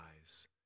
eyes